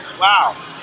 Wow